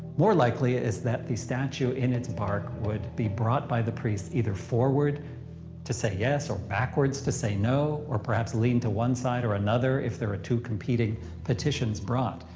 more likely is that the statue in its bark would be brought by the priests either forward to say yes or backwards to say no. or perhaps lean to one side or another, if there were ah two competing petitions brought.